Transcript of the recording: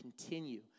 continue